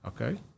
Okay